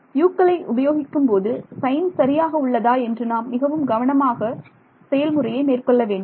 U க்கள் உபயோகிக்கும்போது sign சரியாக உள்ளதா என்று நாம் மிகவும் கவனமாக செயல் முறையை மேற்கொள்ள வேண்டும்